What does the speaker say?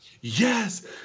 yes